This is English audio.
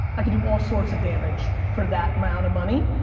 i could do all sorts of damage for that amount of money,